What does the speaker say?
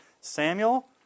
Samuel